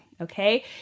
okay